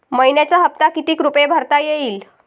मइन्याचा हप्ता कितीक रुपये भरता येईल?